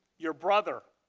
your brother,